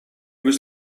was